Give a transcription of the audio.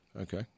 Okay